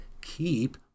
keep